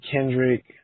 Kendrick